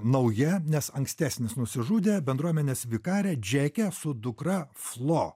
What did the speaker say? nauja nes ankstesnis nusižudė bendruomenės vikarė džekė su dukra flo